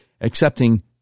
accepting